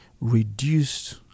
reduced